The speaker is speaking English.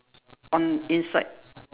on inside